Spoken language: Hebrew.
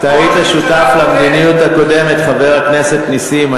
אתה היית שותף למדיניות הקודמת, חבר הכנסת נסים.